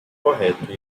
correto